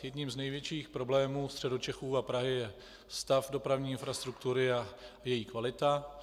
Jedním z největších problémů Středočechů a Prahy je stav dopravní infrastruktury a její kvalita.